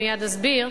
ומייד אסביר,